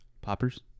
poppers